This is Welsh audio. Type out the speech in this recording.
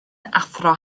athro